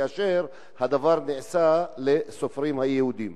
כאשר הדבר נעשה לסופרים היהודים?